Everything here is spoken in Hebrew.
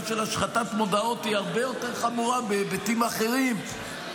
של השחתת מודעות היא הרבה יותר חמורה בהיבטים אחרים,